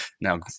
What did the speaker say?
Now